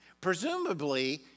Presumably